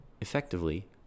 effectively